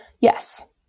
Yes